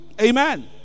amen